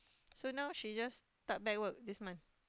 so now she just start back work this month